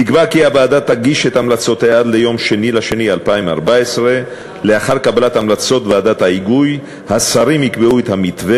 נקבע כי הוועדה תגיש את המלצותיה עד ליום 2 בפברואר 2014. לאחר קבלת המלצות ועדת ההיגוי יקבעו השרים את המתווה